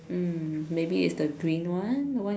mm maybe it's the green one the one with